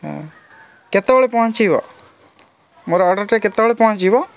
ହଁ କେତେବେଳେ ପହଞ୍ଚାଇବ ମୋର ଅର୍ଡ଼ର୍ଟା କେତେବେଳେ ପହଞ୍ଚିବ